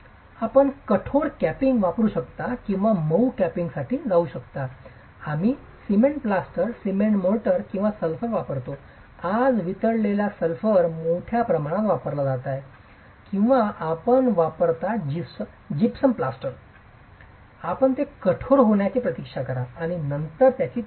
आपण कठोर कॅपिंग वापरू शकता किंवा आपण मऊ कॅपिंगसाठी जाऊ शकता आम्ही सिमेंट प्लास्टर सिमेंट मोर्टार किंवा सल्फर वापरतो आज वितळलेला सल्फर मोठ्या प्रमाणात वापरला जात आहे किंवा आपण वापरता जिप्सम प्लास्टर आपण ते कठोर होण्याची प्रतीक्षा करा आणि नंतर त्याची चाचणी घ्या